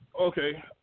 Okay